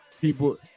people